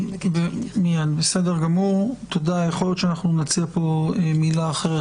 יכול להיות שאנחנו נציע מילה אחרת,